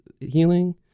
healing